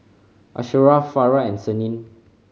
Asharaff Farah and Senin